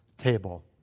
table